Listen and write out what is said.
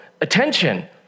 attention